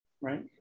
right